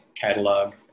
catalog